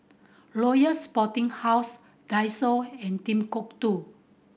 Royal Sporting House Daiso and Timbuk Two